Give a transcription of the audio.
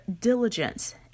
diligence